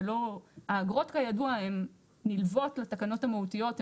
האגרות, כידוע, הן נלוות לתקנות המהותיות.